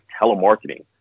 telemarketing